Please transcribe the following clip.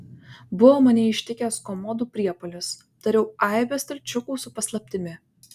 buvo mane ištikęs komodų priepuolis dariau aibę stalčiukų su paslaptimi